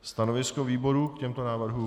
Stanovisko výboru k těmto návrhům?